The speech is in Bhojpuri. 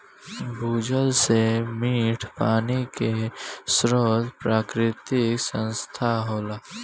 भूजल से मीठ पानी के स्रोत प्राकृतिक संसाधन होखेला